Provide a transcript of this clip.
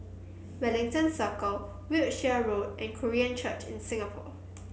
Wellington Circle Wiltshire Road and Korean Church in Singapore